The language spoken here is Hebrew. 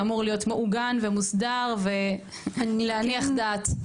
שאמור להיות מעוגן ומוסדר ולהניח דעת.